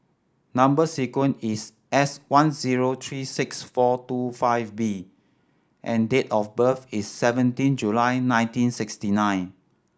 number sequence is S one zero three six four two five B and date of birth is seventeen July nineteen sixty nine